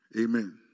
Amen